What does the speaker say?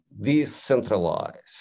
decentralized